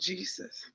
Jesus